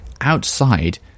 outside